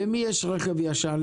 למי יש רכב ישן?